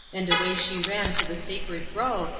and away she ran to the sacred grove,